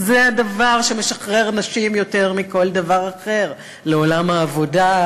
זה הדבר שמשחרר נשים יותר מכל דבר אחר לעולם העבודה,